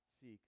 seek